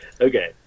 Okay